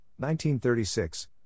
1936